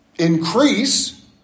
Increase